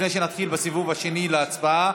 לפני שנתחיל בסיבוב השני של ההצבעה,